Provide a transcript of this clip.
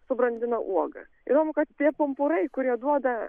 subrandina uogas įdomu kad tie pumpurai kurie duoda